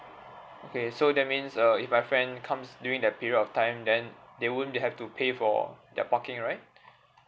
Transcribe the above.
okay so that means uh if my friend comes during that period of time then they won't they have to pay for their parking right